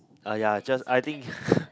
ah ya just I think